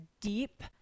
deep